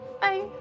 Bye